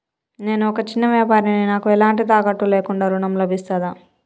నేను ఒక చిన్న వ్యాపారిని నాకు ఎలాంటి తాకట్టు లేకుండా ఋణం లభిస్తదా?